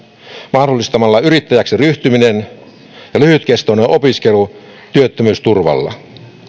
mahdollistamalla yrittäjäksi ryhtyminen ja lyhytkestoinen opiskelu työttömyysturvalla